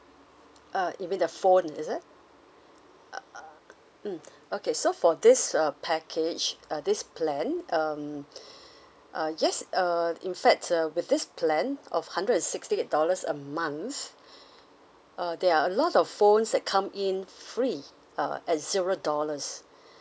uh you mean the phone is it uh mm okay so for this uh package uh this plan um uh yes uh in facts uh with this plan of hundred and sixty eight dollars a month uh there are a lot of phones that come in free uh at zero dollars